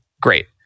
Great